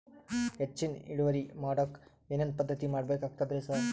ಹೆಚ್ಚಿನ್ ಇಳುವರಿ ಮಾಡೋಕ್ ಏನ್ ಏನ್ ಪದ್ಧತಿ ಮಾಡಬೇಕಾಗ್ತದ್ರಿ ಸರ್?